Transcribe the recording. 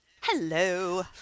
Hello